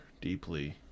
deeply